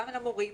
גם למורים,